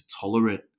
tolerate